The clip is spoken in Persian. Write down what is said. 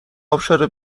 ابشار